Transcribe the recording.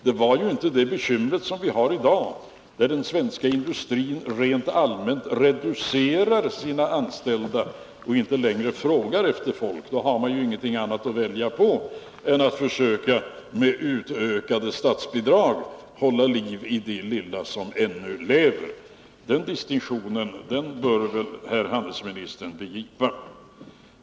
Bekymren var inte desamma som i dag, när den svenska industrin reducerar antalet anställda och inte längre frågar efter folk. I det läget finns det inget annat att välja på än att med hjälp av utökade statsbidrag försöka hålla liv i den lilla industri som ännu lever. Den distinktionen bör väl herr handelsministern begripa.